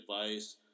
advice